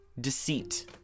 deceit